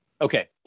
Okay